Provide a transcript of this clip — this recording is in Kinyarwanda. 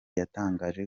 yatangaje